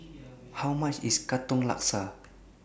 How much IS Katong Laksa